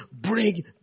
bring